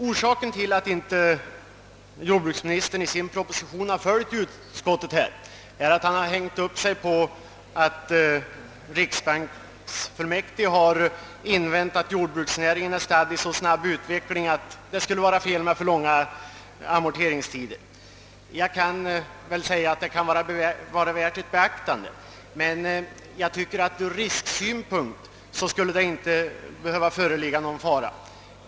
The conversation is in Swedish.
Orsaken till att jordbruksministern i sin proposition inte har följt utskottet på denna punkt är att han har hängt upp sig på att riksbanksfullmäktige har invänt att jordbruksnäringen är stadd i så snabb utveckling att det skulle vara felaktigt att införa så långa amorteringstider. Denna invändning kan vara värd beaktande, men från långivarsynpunkt skulle det enligt min mening inte behöva föreligga någon risk.